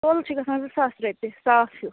تولہٕ چھِ گَژھان زٕ ساس رۄپیہِ صاف ہیٚو